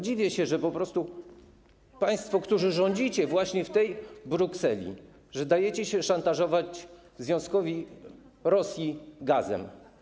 Dziwię się, że po prostu państwo, którzy rządzicie właśnie w tej Brukseli, dajecie się szantażować związkowi Rosji gazem.